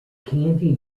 candy